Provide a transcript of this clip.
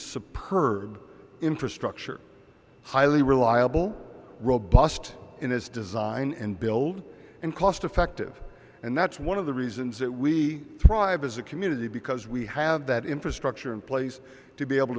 superb infrastructure highly reliable robust in his design and build and cost effective and that's one of the reasons that we thrive as a community because we have that infrastructure in place to be able